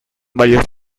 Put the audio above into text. varios